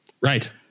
right